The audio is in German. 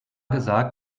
gesagt